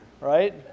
right